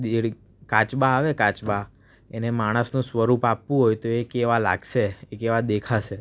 દેડ કાચબા આવે કાચબા એને માણસનું સ્વરૂપ આપવું હોય તો એ કેવા લાગશે એ કેવા દેખાશે